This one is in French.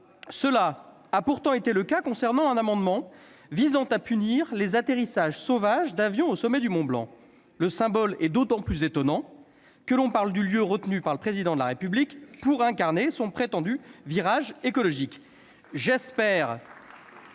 Tel a pourtant été le cas concernant un amendement visant à punir les atterrissages sauvages d'avions au sommet du Mont-Blanc. Le symbole est d'autant plus étonnant que l'on parle du lieu retenu par le Président de la République pour incarner son prétendu virage écologique.